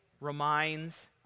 reminds